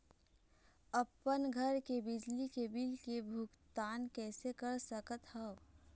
अपन घर के बिजली के बिल के भुगतान कैसे कर सकत हव?